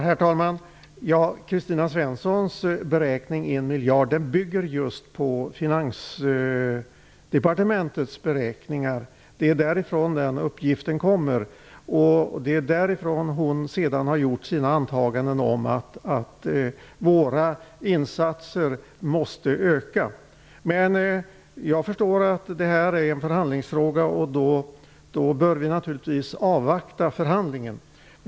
Herr talman! Kristina Svenssons beräkning på 1 miljard bygger just på Finansdepartementets beräkningar. Det är därifrån den uppgiften kommer. Det är utifrån denna hon sedan har gjort sina antaganden om att våra insatser måste öka. Jag förstår att detta är en förhandlingsfråga, och då bör vi naturligtvis avvakta förhandlingen.